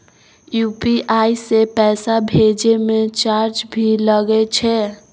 UPI से पैसा भेजै म चार्ज भी लागे छै?